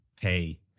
pay